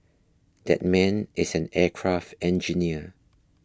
that man is an aircraft engineer